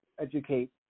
educate